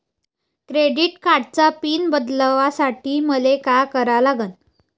Credit कार्डाचा PIN बदलासाठी मले का करा लागन?